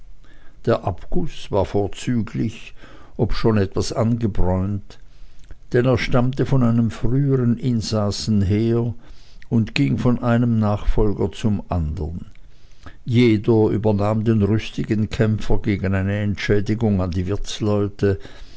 der abguß war vorzüglich obschon etwas angebräunt denn er stammte von einem frühern insassen her und ging von einem nachfolger zum andern jeder übernahm den rüstigen kämpfer gegen eine entschädigung an die wirtsleute